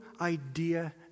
idea